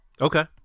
Okay